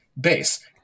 base